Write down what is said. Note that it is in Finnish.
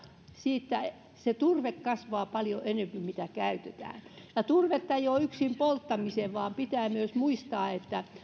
turve kasvaa paljon enempi kuin mitä sitä käytetään turve ei ole yksin polttamiseen vaan pitää myös muistaa että